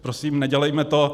Prosím nedělejme to.